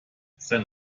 sein